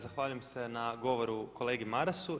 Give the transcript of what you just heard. Zahvaljujem se na govoru kolegi Marasu.